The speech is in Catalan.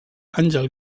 àngel